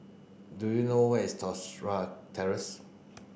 do you know where is Tosca Terrace